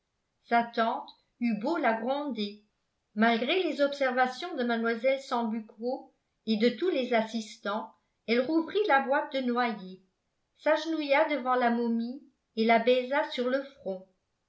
eut beau la gronder malgré les observations de mlle sambucco et de tous les assistants elle rouvrit la boîte de noyer s'agenouilla devant la momie et la baisa sur le front